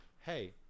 hey